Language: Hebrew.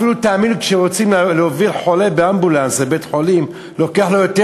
אפילו להוביל חולה באמבולנס לבית-חולים לוקח לו יותר